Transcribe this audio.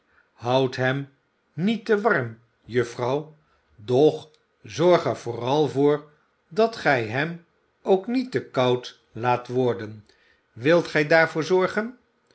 houd hem niet te warm juffrouw doch zorg er vooral voor dat gij hem ook niet te koud iaat worden wilt gij daarvoor zorgen